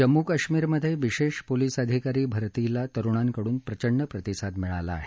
जम्मू काश्मीरमधे विशेष पोलीस अधिकारी भरतीस तरुणांकडून प्रचंड प्रतिसाद मिळाला आहे